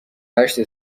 هشت